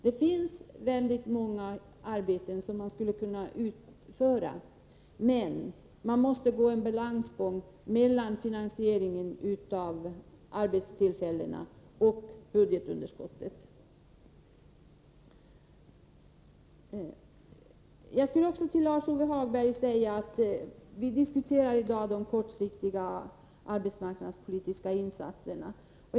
Det finns väldigt många arbeten som skulle kunna utföras, men man måste balansera mellan finansieringen av arbetstillfällena och budgetunderskottet. Till Lars-Ove Hagberg skulle jag vilja säga att vi nu i dag diskuterar de kortsiktiga arbetsmarknadspolitiska insatserna.